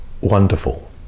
wonderful